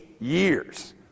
years